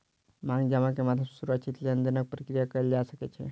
मांग जमा के माध्यम सॅ सुरक्षित लेन देनक प्रक्रिया कयल जा सकै छै